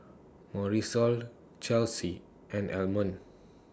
Marisol Chelsea and Almond